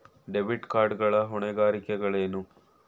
Debit card ಗಳ ಹೊಣೆಗಾರಿಕೆಗಳೇನು?